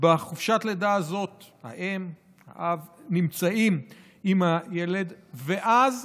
בחופשת הלידה הזאת האם או האב נמצאים עם הילד, ואז